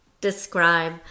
describe